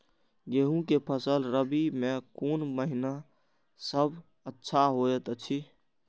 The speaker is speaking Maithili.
गेहूँ के फसल रबि मे कोन महिना सब अच्छा होयत अछि?